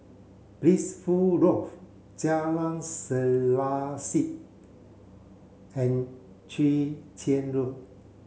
Blissful Loft Jalan Selaseh and Chwee Chian Road